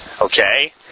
okay